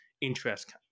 interest